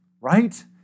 right